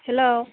hello